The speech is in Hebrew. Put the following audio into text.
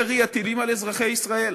ירי הטילים על אזרחי ישראל,